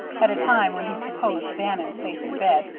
at a time when he supposed bannon safe in bed,